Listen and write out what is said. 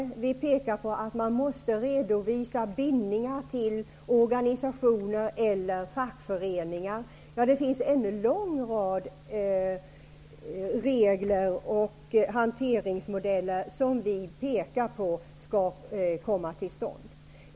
Vi pekar på att man måste redovisa bindningar till organisationer eller fackföreningar. Vi pekar alltså på en lång rad regler och hanteringsmodeller som vi menar bör komma till stånd.